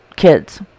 kids